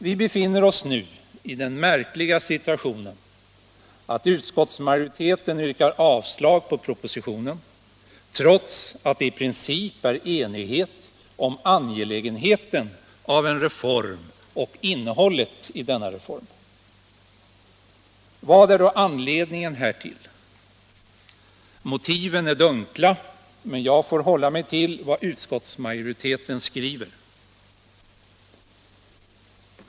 Vi befinner oss nu i den märkliga situationen att utskottsmajoriteten yrkar avslag på propositionen, trots att det i princip är enighet om angelägenheten av en reform och innehållet i denna reform. Vad är då anledningen härtill? Motiven är dunkla, men jag får hålla mig till vad utskottsmajoriteten skriver.